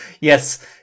yes